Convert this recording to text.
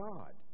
God